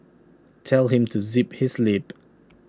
tell him to zip his lip